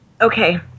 Okay